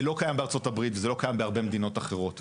זה לא קיים בארצות הברית וזה לא קיים בהרבה מדינות אחרות.